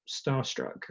starstruck